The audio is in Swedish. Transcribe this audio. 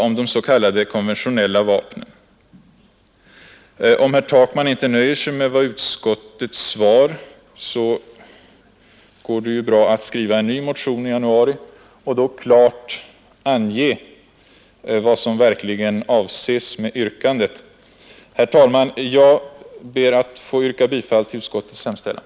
Om herr Takman inte nöjer sig med utskottets svar, går det ju bra att skriva en ny motion i januari och då klart ange vad som verkligen avses med yrkandet. Herr talman! Jag ber att få yrka bifall till utskottets hemställan.